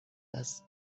است